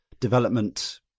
development